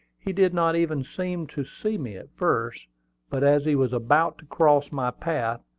he did not even seem to see me at first but as he was about to cross my path,